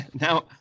Now